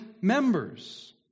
members